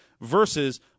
versus